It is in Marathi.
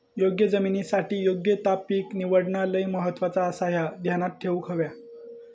योग्य जमिनीसाठी योग्य ता पीक निवडणा लय महत्वाचा आसाह्या ध्यानात ठेवूक हव्या